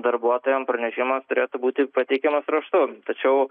darbuotojam pranešimas turėtų būti pateikiamas raštu tačiau